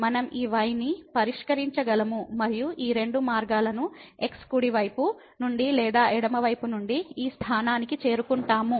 మనం ఈ y ని పరిష్కరించగలము మరియు ఈ రెండు మార్గాలను x కుడి వైపు నుండి లేదా ఎడమ వైపు నుండి ఈ స్థానానికి చేరుకుంటాము